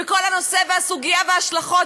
וכל הנושא והסוגיה וההשלכות,